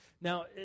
Now